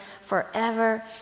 forever